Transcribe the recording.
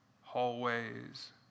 hallways